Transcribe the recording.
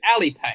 Alipay